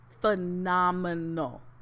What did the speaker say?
phenomenal